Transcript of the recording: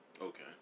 Okay